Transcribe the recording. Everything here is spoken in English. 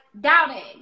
doubting